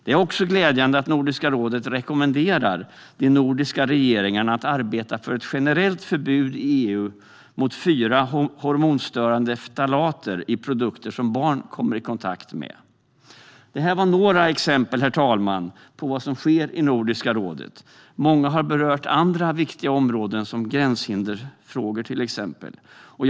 Det är också glädjande att Nordiska rådet rekommenderat de nordiska regeringarna att arbeta för ett generellt förbud i EU mot fyra hormonstörande ftalater i produkter som barn kommer i kontakt med. Detta var några exempel, herr talman, på vad som sker i Nordiska rådet. Många här har berört andra viktiga områden som till exempel gränshinderfrågor.